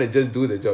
ya